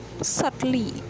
subtly